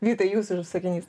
vytai jūsų sakinys